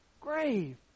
grave